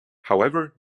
however